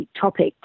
topic